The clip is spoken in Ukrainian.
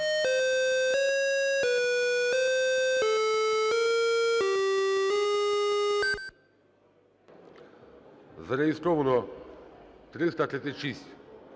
Зареєстровано 336